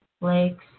lakes